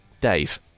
Dave